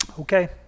okay